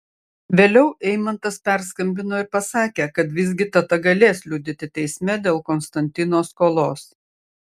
vėliau eimantas perskambino ir pasakė kad visgi teta galės liudyti teisme dėl konstantino skolos